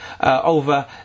over